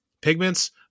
pigments